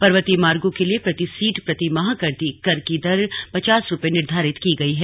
पर्वतीय मार्गों के लिए प्रति सीट प्रति माह कर की दर पचास रुपये निर्धारित की गई है